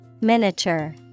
miniature